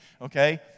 Okay